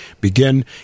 begin